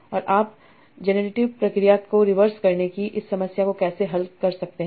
और आप जनरेटिव प्रक्रिया को रिवर्स करने की इस समस्या को कैसे हल करते हैं